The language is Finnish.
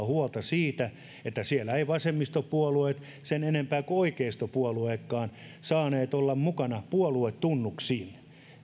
huolta siitä että siellä eivät vasemmistopuolueet sen enempää kuin oikeistopuolueetkaan saaneet olla mukana puoluetunnuksin